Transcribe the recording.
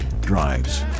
drives